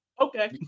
Okay